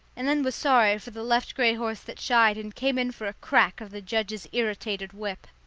and then was sorry for the left grey horse that shied and came in for a crack of the judge's irritated whip.